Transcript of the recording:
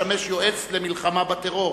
לשמש יועץ למלחמה בטרור,